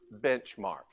benchmark